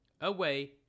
away